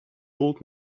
old